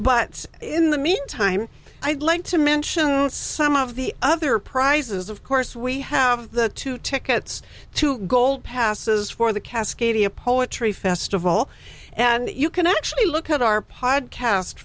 but in the meantime i'd like to mention some of the other prizes of course we have the two tickets to gold passes for the cascadia poetry festival and you can actually look at our podcast